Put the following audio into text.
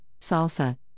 Salsa